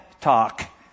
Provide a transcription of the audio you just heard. talk